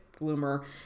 bloomer